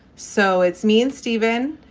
so it's me and steven.